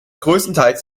größtenteils